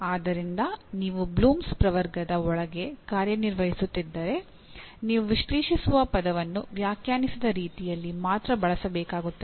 ಆದ್ದರಿಂದ ನೀವು ಬ್ಲೂಮ್ಸ್ ಪ್ರವರ್ಗದ ಒಳಗೆ ಕಾರ್ಯನಿರ್ವಹಿಸುತ್ತಿದ್ದರೆ ನೀವು ವಿಶ್ಲೇಷಿಸುವ ಪದವನ್ನು ವ್ಯಾಖ್ಯಾನಿಸಿದ ರೀತಿಯಲ್ಲಿ ಮಾತ್ರ ಬಳಸಬೇಕಾಗುತ್ತದೆ